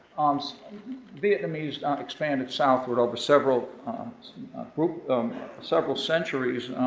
um so vietnamese expanded southward over several um several centuries,